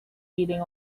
heating